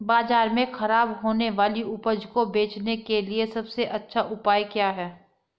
बाजार में खराब होने वाली उपज को बेचने के लिए सबसे अच्छा उपाय क्या हैं?